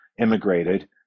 immigrated